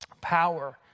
power